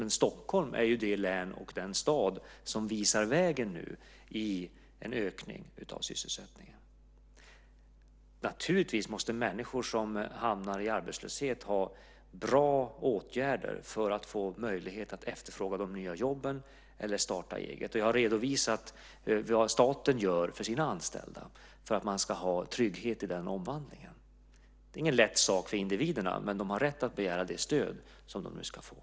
Men Stockholm är det län och den stad som nu visar vägen i form av en ökning av sysselsättningen. Naturligtvis måste människor som hamnar i arbetslöshet ha bra åtgärder för att få möjlighet att efterfråga de nya jobben eller starta eget. Jag har redovisat vad staten gör för sina anställda för att man ska ha trygghet i den omvandlingen. Det är ingen lätt sak för individerna, men de har rätt att begära det stöd som de nu ska få.